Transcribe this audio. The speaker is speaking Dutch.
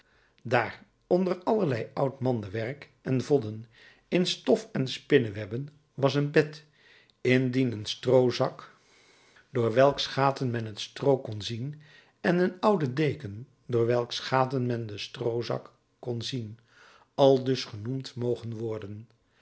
daar onder allerlei oud mandewerk en vodden in stof en spinnewebben was een bed indien een stroozak door welks gaten men het stroo kon zien en een oude deken door welks gaten men den stroozak kon zien aldus genoemd mogen worden